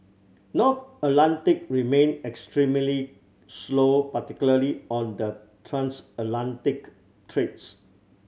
North Atlantic remained extremely slow particularly on the transatlantic trades